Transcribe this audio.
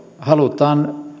halutaan